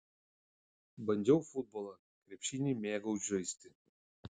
bandžiau futbolą krepšinį mėgau žaisti